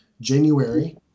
January